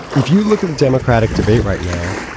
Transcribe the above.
if you look at the democratic debate right now.